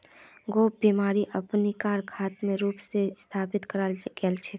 gap बीमाक अमरीकात खास रूप स स्थापित कराल गेल छेक